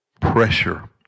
pressure